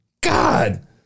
God